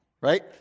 right